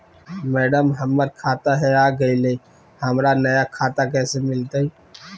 madam, हमर खाता हेरा गेलई, हमरा नया खाता कैसे मिलते